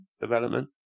development